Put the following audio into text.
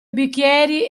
bicchieri